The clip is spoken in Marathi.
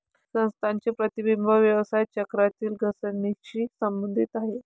संस्थांचे प्रतिबिंब व्यवसाय चक्रातील घसरणीशी संबंधित आहे